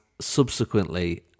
subsequently